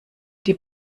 die